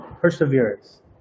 perseverance